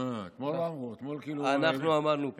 אנחנו אמרנו פה.